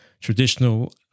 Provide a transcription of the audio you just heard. traditional